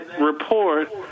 report